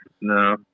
No